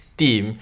team